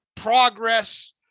Progress